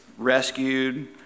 rescued